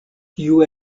kiu